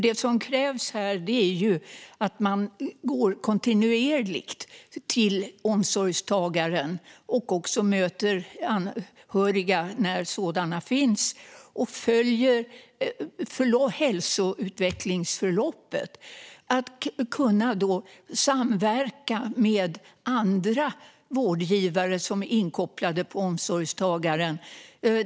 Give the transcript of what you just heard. Det som krävs här är nämligen att man går kontinuerligt till omsorgstagaren, att man även möter anhöriga när sådana finns och att man följer hälsoutvecklingsförloppet. Det handlar om att kunna samverka med andra vårdgivare som är inkopplade på omsorgstagaren.